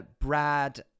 Brad